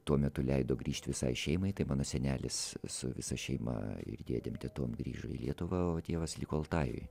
tuo metu leido grįžt visai šeimai tai mano senelis su visa šeima ir dėdėm tetom grįžo į lietuvą o tėvas liko altajuj